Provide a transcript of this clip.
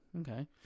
okay